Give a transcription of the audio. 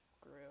grew